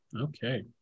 Okay